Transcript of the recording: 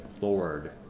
lord